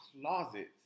closets